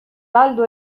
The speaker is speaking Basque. galdu